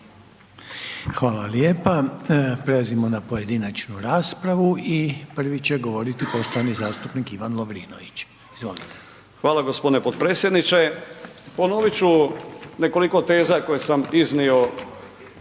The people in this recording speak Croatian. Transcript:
Hvala lijepa. Prelazimo na pojedinačnu raspravu i prvi će govoriti poštovani zastupnik Ivan Lovrinović. Izvolite. **Lovrinović, Ivan (Promijenimo Hrvatsku)** Hvala gospodine potpredsjedniče. Ponovit ću nekoliko teza koje sam iznio